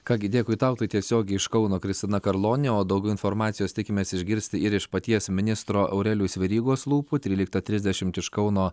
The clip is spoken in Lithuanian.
ką gi dėkui tau tai tiesiogiai iš kauno kristina karlonė o daugiau informacijos tikimės išgirsti ir iš paties ministro aurelijaus verygos lūpų tryliktą trisdešimt iš kauno